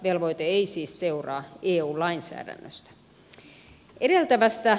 velvoite ei siis seuraa eu lainsäädännöstä